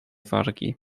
wargi